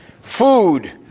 food